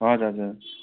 हजुर हजुर